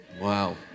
Wow